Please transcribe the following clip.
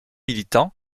militant